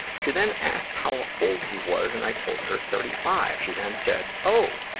she then asked how old he was and i told her thirty five. she then said. oh!